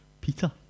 Peter